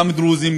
גם דרוזים,